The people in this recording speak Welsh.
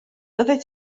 fyddet